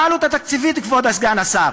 מה העלות התקציבית, כבוד סגן השר?